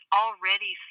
already